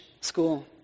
school